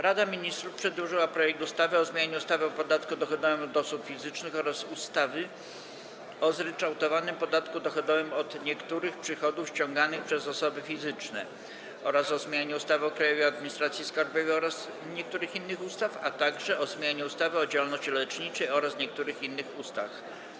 Rada Ministrów przedłożyła projekty ustaw: - o zmianie ustawy o podatku dochodowym od osób fizycznych oraz ustawy o zryczałtowanym podatku dochodowym od niektórych przychodów osiąganych przez osoby fizyczne, - o zmianie ustawy o Krajowej Administracji Skarbowej oraz niektórych innych ustaw, - o zmianie ustawy o działalności leczniczej oraz niektórych innych ustaw.